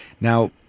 now